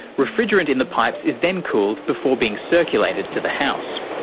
refrigerant in the pipes is then cooled before being circulated to the house.